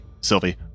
Sylvie